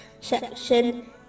section